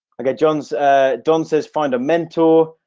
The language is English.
i? get john's don says find a mentor